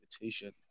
invitation